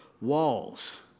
walls